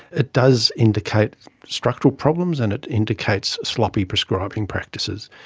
it does indicate structural problems and it indicates sloppy prescribing practices.